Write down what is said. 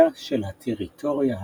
ל"גרמניזציה" של הטריטוריה החדשה.